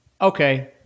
okay